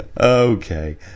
okay